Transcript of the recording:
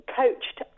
coached